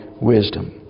wisdom